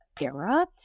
era